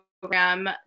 program